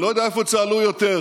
אני לא יודע איפה צהלו יותר,